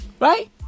right